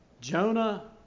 Jonah